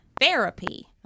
Therapy